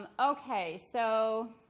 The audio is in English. um ok, so